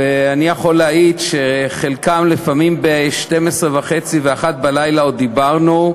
ואני יכול להעיד שעם חלקם לפעמים ב-00:30 ו-01:00 עוד דיברנו,